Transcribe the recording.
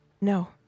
No